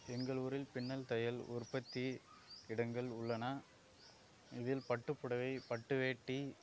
எங்கள் ஊரில் பின்னல் தையல் உற்பத்தி இடங்கள் உள்ளன இதில் பட்டுப்புடவை பட்டு வேட்டி